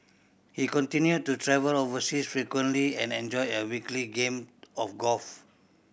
he continued to travel overseas frequently and enjoyed a weekly game of golf